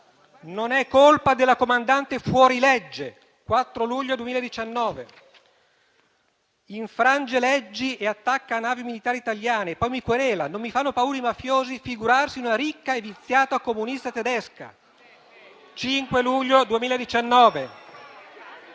«Non è colpa della comandante fuorilegge». (4 luglio 2019). «Infrange leggi e attacca navi militari italiane, e poi mi querela. Non mi fanno paura i mafiosi, figurarsi una ricca e viziata comunista tedesca». (5 luglio 2019).